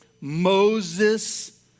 Moses